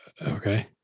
Okay